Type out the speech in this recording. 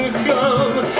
come